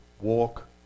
walk